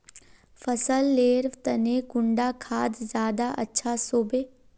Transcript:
फसल लेर तने कुंडा खाद ज्यादा अच्छा सोबे?